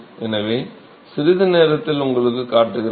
எனவே சிறிது நேரத்தில் உங்களுக்குக் காட்டுகிறேன்